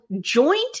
joint